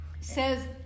says